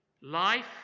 Life